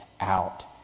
out